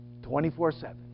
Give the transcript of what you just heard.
24-7